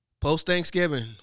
post-Thanksgiving